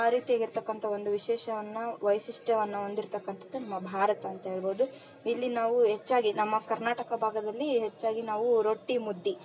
ಆ ರೀತಿಯಾಗಿರತಕ್ಕಂಥ ಒಂದು ವಿಶೇಷವನ್ನು ವೈಶಿಷ್ಟ್ಯವನ್ನು ಹೊಂದಿರತಕ್ಕಂಥದ್ದು ನಮ್ಮ ಭಾರತ ಅಂತ ಹೇಳ್ಬೋದು ಇಲ್ಲಿ ನಾವು ಹೆಚ್ಚಾಗಿ ನಮ್ಮ ಕರ್ನಾಟಕ ಭಾಗದಲ್ಲಿ ಹೆಚ್ಚಾಗಿ ನಾವು ರೊಟ್ಟಿ ಮುದ್ದೆ